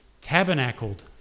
tabernacled